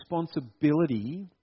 responsibility